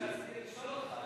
זה מה שרציתי לשאול אותך